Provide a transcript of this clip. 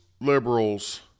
liberals